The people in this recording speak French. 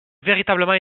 véritablement